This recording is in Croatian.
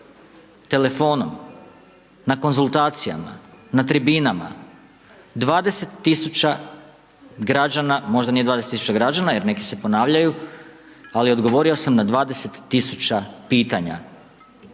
telefona, na konzultacijama, na tribinama, 20 tisuća građana možda nije 20 tisuća građana, jer neki se ponavljaju, ali odgovorio sam na 20 tisuća pitanja,